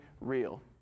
real